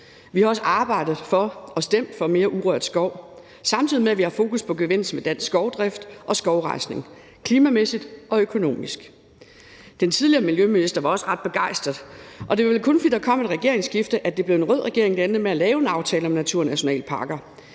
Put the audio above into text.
Vi har også arbejdet for og stemt for mere urørt skov, samtidig med at vi har haft fokus på gevinsten ved dansk skovdrift og skovrejsning – både klimamæssigt og økonomisk. Den tidligere miljøminister var også ret begejstret for det, og det er vel kun, fordi der kom et regeringsskifte, at det blev en rød regering, der endte med at lave en aftale om naturnationalparker.